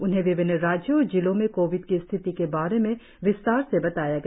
उन्हें विभिन्न राज्यों और जिलों में कोविड की स्थिति के बारे में विस्तार से बताया गया